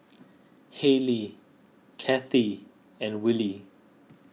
Hailee Cathi and Willy